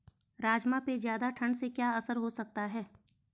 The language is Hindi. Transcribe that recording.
राजमा पे ज़्यादा ठण्ड से क्या असर हो सकता है?